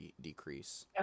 decrease